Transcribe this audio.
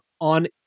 on